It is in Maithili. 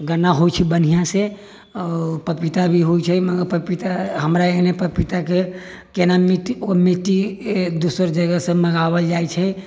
गन्ना होइ छै बढ़िऑं से पपीता भी होइ छै मगर पपीता हमरा एहने पपीता के केना मिट्टी ओ मिट्टी दोसर जगहसँ मङ्गाओल जाइ छै